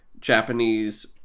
Japanese